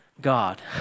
God